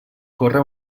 corre